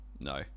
No